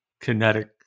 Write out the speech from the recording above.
kinetic